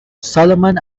solomon